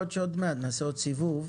יכול להיות שעוד מעט נעשה עוד סיבוב,